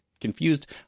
confused